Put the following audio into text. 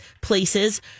places